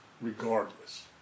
regardless